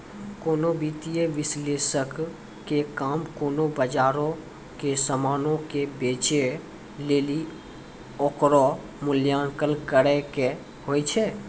कोनो वित्तीय विश्लेषक के काम कोनो बजारो के समानो के बेचै लेली ओकरो मूल्यांकन करै के होय छै